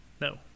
No